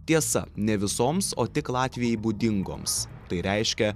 tiesa ne visoms o tik latvijai būdingoms tai reiškia